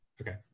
Okay